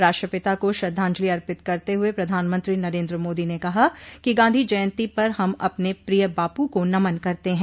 राष्ट्रपिता को श्रद्धांजलि अर्पित करते हुए प्रधानमंत्री नरेन्द्र मोदी ने कहा कि गांधी जयंती पर हम अपने प्रिय बापू को नमन करते हैं